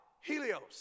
Helios